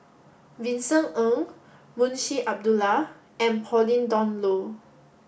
Vincent Ng Munshi Abdullah and Pauline Dawn Loh